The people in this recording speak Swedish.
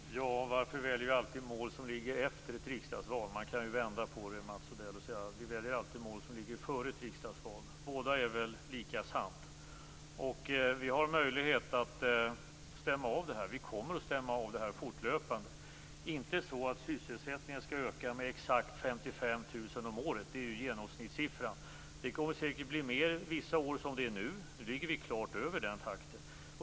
Herr talman! Varför väljer vi alltid mål som ligger efter ett riksdagsval? Man kan vända på det, Mats Odell, och säga att vi alltid väljer mål som ligger före ett riksdagsval. I båda fallen är det väl lika sant. Vi har möjlighet och vi kommer att stämma av det här fortlöpande, inte så att sysselsättningen skall öka med exakt 55 000 om året - det är genomsnittssiffran. Det kommer säkert att bli fler vissa år, som nu. Nu ligger vi klart över den takten.